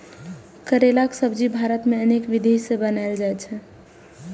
करैलाक सब्जी भारत मे अनेक विधि सं बनाएल जाइ छै